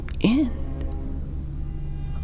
end